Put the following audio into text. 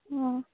অঁ